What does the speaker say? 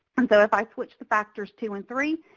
and so if i switched the factors two and three,